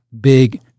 big